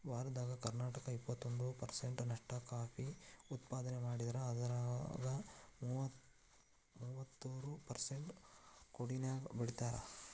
ಭಾರತದಾಗ ಕರ್ನಾಟಕ ಎಪ್ಪತ್ತೊಂದ್ ಪರ್ಸೆಂಟ್ ನಷ್ಟ ಕಾಫಿ ಉತ್ಪಾದನೆ ಮಾಡಿದ್ರ ಅದ್ರಾಗ ಮೂವತ್ಮೂರು ಪರ್ಸೆಂಟ್ ಕೊಡಗಿನ್ಯಾಗ್ ಬೆಳೇತಾರ